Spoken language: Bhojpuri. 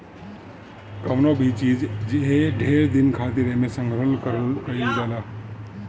कवनो भी चीज जे ढेर दिन खातिर एमे संग्रहण कइल जाला